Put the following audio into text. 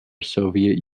soviet